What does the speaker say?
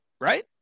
Right